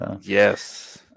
Yes